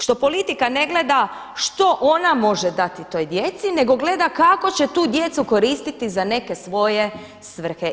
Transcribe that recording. Što politika ne gleda što ona može dati toj djeci nego gleda kako će tu djecu koristiti za neke svoje svrhe.